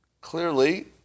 clearly